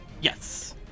Yes